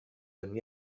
than